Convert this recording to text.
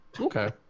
okay